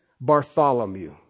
Bartholomew